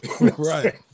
Right